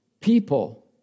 People